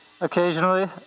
Occasionally